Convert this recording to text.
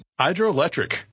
Hydroelectric